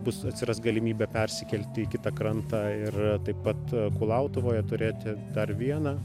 bus atsiras galimybė persikelti į kitą krantą ir taip pat kulautuvoje turėti dar vieną